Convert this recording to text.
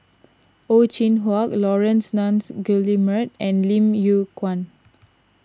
Ow Chin Hock Laurence Nunns Guillemard and Lim Yew Kuan